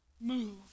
move